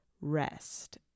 rest